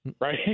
right